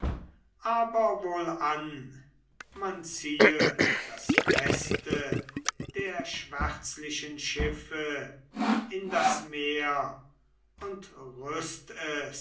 aber wohlan man ziehe das beste der schwärzlichen schiffe in das meer und